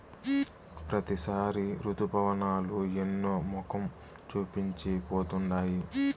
ప్రతిసారి రుతుపవనాలు ఎన్నో మొఖం చూపించి పోతుండాయి